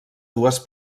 dues